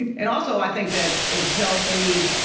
and and also, i think that it's healthy